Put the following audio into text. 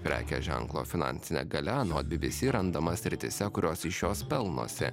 prekės ženklo finansinė galia anot bbc randama srityse kurios iš jos pelnosi